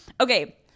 Okay